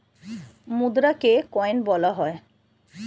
মুদ্রাকে coin বলা হয়